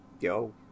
Yo